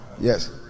Yes